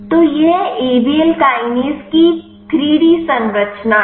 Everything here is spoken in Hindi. तो यह ए बी ल काइनेज की 3 डी संरचना है